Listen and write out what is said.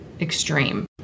extreme